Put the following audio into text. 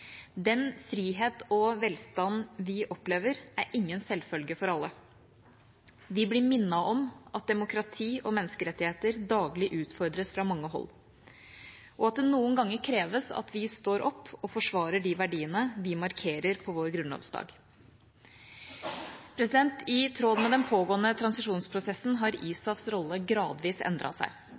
Den frihet og velstand vi opplever, er ingen selvfølge for alle. Vi blir minnet om at demokrati og menneskerettigheter daglig utfordres fra mange hold, og at det noen ganger kreves at vi står opp og forsvarer de verdiene vi markerer på vår grunnlovsdag. I tråd med den pågående transisjonsprosessen har ISAFs rolle gradvis endret seg.